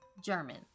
German